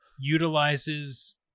utilizes